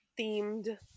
themed